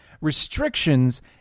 restrictions